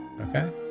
Okay